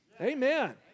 Amen